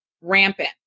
rampant